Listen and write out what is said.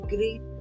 Great